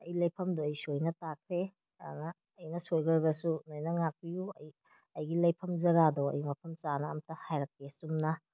ꯑꯩ ꯂꯩꯐꯝꯗꯣ ꯑꯩ ꯁꯣꯏꯅ ꯇꯥꯛꯈ꯭ꯔꯦ ꯑꯗꯨꯅ ꯑꯩꯅ ꯁꯣꯏꯈ꯭ꯔꯒꯁꯨ ꯅꯣꯏꯅ ꯉꯥꯛꯄꯤꯌꯨ ꯑꯩ ꯑꯩꯒꯤ ꯂꯩꯐꯝ ꯖꯒꯥꯗꯣ ꯑꯩ ꯃꯐꯝ ꯆꯥꯅ ꯑꯝꯇ ꯍꯥꯏꯔꯛꯀꯦ ꯆꯨꯝꯅ